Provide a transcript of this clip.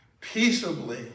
peaceably